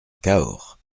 cahors